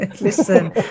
Listen